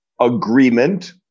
agreement